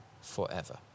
forever